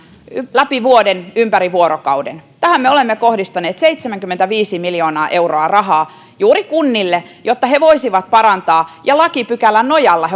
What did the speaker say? läpi vuoden ympäri vuorokauden me olemme kohdistaneet seitsemänkymmentäviisi miljoonaa euroa rahaa juuri kunnille jotta he voisivat parantaa ja lakipykälän nojalla